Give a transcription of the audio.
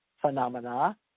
phenomena